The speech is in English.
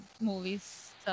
movies